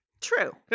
True